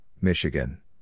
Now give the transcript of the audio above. Michigan